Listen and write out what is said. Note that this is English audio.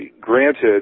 granted